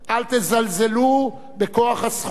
אל תזלזלו בכוח הזכות".